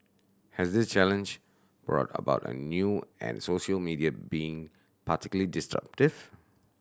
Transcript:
has this challenge brought about a new and social media been particularly disruptive